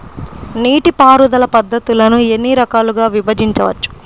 నీటిపారుదల పద్ధతులను ఎన్ని రకాలుగా విభజించవచ్చు?